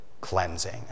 Cleansing